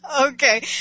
okay